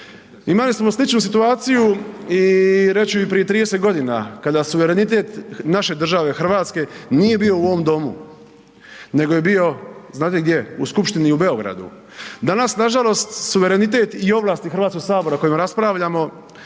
Imali smo sličnu situaciju, reći ću i prije 30 godina kada suverenitet naše države Hrvatske nije bio u ovom Domu. Nego je bio, znate gdje? U Skupštini u Beogradu. Danas nažalost suverenitet i ovlasti HS-a o kojima raspravljamo